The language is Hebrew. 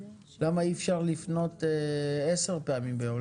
למה אי אפשר לפנות עשר פעמים ביום?